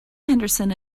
henderson